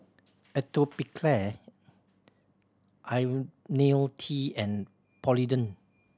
Atopiclair Ionil T and Polident